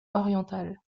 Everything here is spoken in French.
oriental